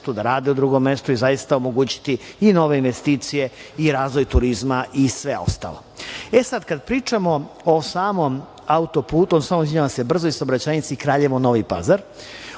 da rade u drugom mestu i zaista omogućiti nove investicije i razvoj turizma i sve ostalo. Kada pričamo o samom autoputu, odnosno brzoj saobraćajnici Kraljevo - Novi Pazar,